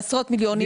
בעשרות מיליונים,